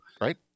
right